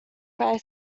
dry